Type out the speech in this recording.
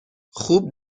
خوب